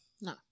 No